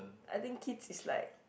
I think kids it's like